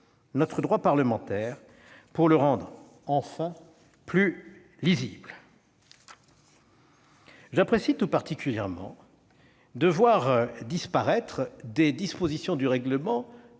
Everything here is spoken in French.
notre droit parlementaire pour le rendre enfin plus lisible. J'apprécie tout particulièrement de voir disparaître des dispositions du règlement